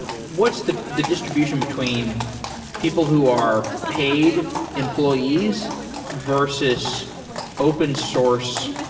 what's the the distr ibution between people who are paid employees versus open source